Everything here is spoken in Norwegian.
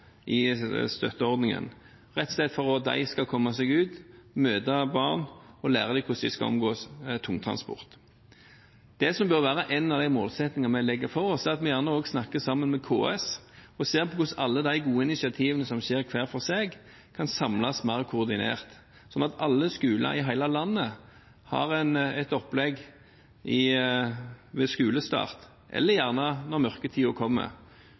støtteordningen – rett og slett for at de skal komme seg ut, møte barn og lære dem hvordan de skal omgås tungtransport. Det som bør være en av de målsettingene vi setter oss, er at vi også snakker med KS og ser på hvordan alle de gode initiativene som skjer hver for seg, kan samles mer koordinert, sånn at alle skoler i hele landet har et opplegg ved skolestart – eller gjerne